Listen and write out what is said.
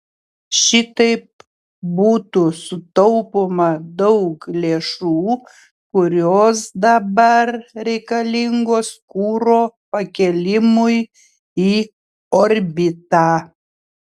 šitaip būtų sutaupoma daug lėšų kurios dabar reikalingos kuro pakėlimui į orbitą